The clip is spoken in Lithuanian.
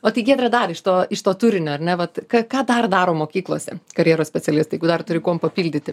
o tai giedre dar iš to iš to turinio ar ne vat ką ką dar daro mokyklose karjeros specialistai jeigu dar turi kuom papildyti